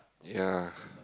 ya